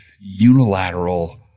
unilateral